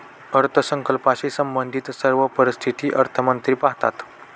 अर्थसंकल्पाशी संबंधित सर्व परिस्थिती अर्थमंत्री पाहतात